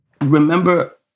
Remember